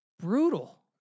brutal